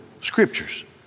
scriptures